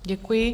Děkuji.